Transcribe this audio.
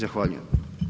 Zahvaljujem.